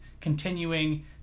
continuing